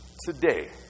Today